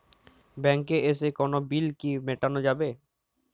ব্যাংকে এসে কোনো বিল কি মেটানো যাবে?